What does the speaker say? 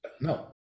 no